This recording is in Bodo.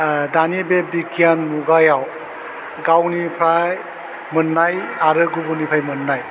आह दानि बे बिग्यान मुगायाव गावनिफ्राइ मोन्नाय आरो गुबुननिफ्राइ मोन्नाय